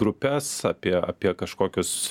grupes apie apie kažkokius